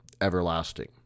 everlasting